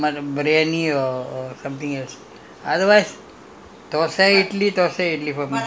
இப்டி போனாக்க:ipdi ponaakka maybe one time two time maybe eat the briyani or something else